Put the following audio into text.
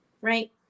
right